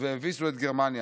והביסו את גרמניה.